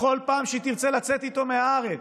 בכל פעם שהיא תרצה לצאת איתו מהארץ,